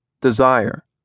desire